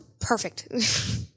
perfect